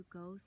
go